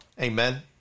Amen